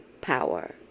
power